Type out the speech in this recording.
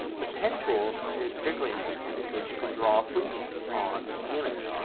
the pen tool is particularly interesting because you can draw freehand on the image.